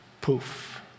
Poof